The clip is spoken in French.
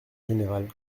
général